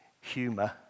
humour